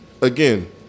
again